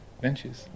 benches